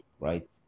right